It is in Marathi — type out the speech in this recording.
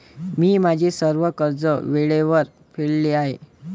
मी माझे सर्व कर्ज वेळेवर फेडले आहे